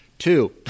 Two